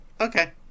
okay